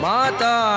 Mata